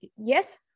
Yes